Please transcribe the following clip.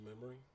memory